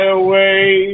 away